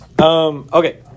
Okay